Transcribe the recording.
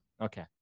Okay